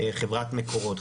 חברת מקורות,